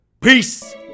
Peace